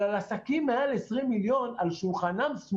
מה שקרה בהתנהלות שלנו מול המענקים של רשות המסים,